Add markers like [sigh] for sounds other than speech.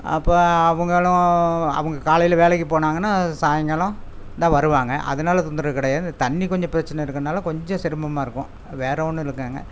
அப்போ அவங்களும் அவங்க காலையில் வேலைக்கு போனாங்கன்னா சாயிங்காலம் தான் வருவாங்க அதனால தொந்தரவு கிடையாது இந்த தண்ணி கொஞ்சம் பிரச்சனை இருக்கனால கொஞ்சம் சிரமமாக இருக்கும் வேற ஒன்னும் [unintelligible]